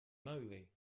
moly